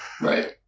right